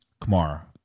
Kamara